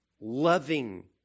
loving